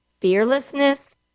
fearlessness